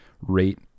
rate